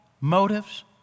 motives